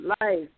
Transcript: life